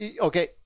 Okay